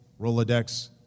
Rolodex